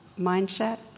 mindset